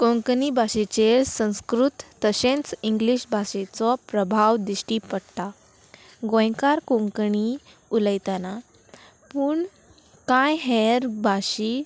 कोंकणी भाशेचेर संस्कृत तशेंच इंग्लीश भाशेचो प्रभाव दिश्टी पडटा गोंयकार कोंकणी उलयतना पूण कांय हेर भाशी